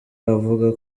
avuga